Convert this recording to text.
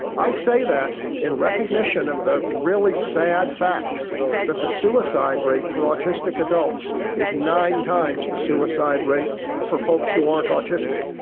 i say that in recognition of the really sad fact that the suicide rate for autistic adults is nine times the suicide rate for folks who aren't autistic.